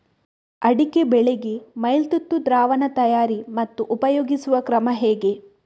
ಅಡಿಕೆ ಬೆಳೆಗೆ ಮೈಲುತುತ್ತು ದ್ರಾವಣ ತಯಾರಿ ಮತ್ತು ಉಪಯೋಗಿಸುವ ಕ್ರಮ ಹೇಗೆ?